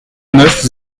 neuf